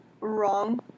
wrong